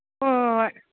ꯍꯣ ꯍꯣ ꯍꯣꯏ